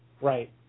Right